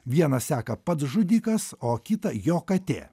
vieną seka pats žudikas o kitą jo katė